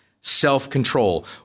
self-control